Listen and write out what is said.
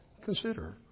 consider